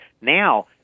now